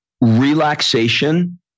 relaxation